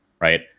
right